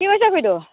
কি কৰিছে খুৰীদেউ